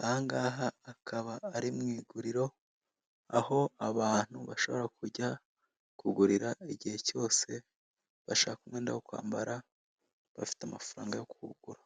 ahangaha akaba ari mwiguriro aho abantu bashobora kujya kugurira igihe cyose bashaka umwenda wo kwambara bafite amafaranga yo kuwugura.